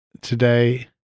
today